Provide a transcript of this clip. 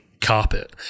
carpet